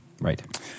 Right